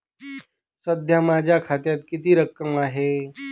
सध्या माझ्या खात्यात किती रक्कम आहे?